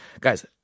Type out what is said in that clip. Guys